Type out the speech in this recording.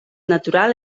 natural